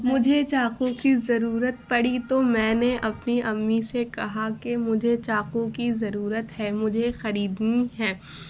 مجھے چاقو کی ضرورت پڑی تو میں نے اپنی امی سے کہا کہ مجھے چاقو کی ضرورت ہے مجھے خریدنی ہے